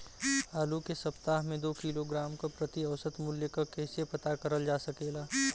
आलू के सप्ताह में दो किलोग्राम क प्रति औसत मूल्य क कैसे पता करल जा सकेला?